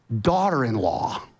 daughter-in-law